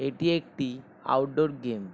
এটি একটি outdoor game